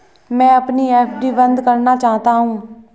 मैं अपनी एफ.डी बंद करना चाहता हूँ